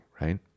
Right